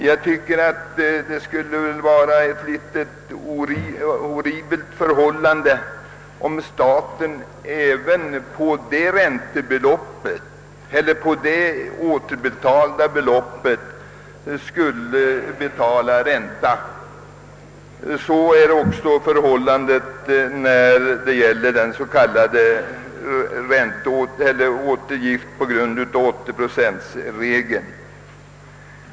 Jag tycker att det skulle vara ganska anmärkningsvärt, om staten även skulle betala ränta på det inbetalda beloppet. Detsamma gäller vid återbetalning på grund av 80-procentsregeln.